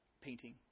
painting